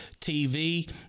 TV